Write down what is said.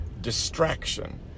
distraction